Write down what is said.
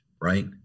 right